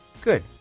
Good